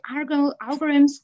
algorithms